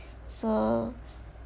so